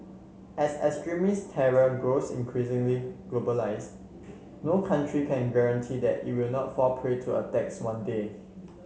as extremist terror grows increasingly globalised no country can guarantee that it will not fall prey to attacks one day